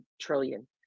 trillion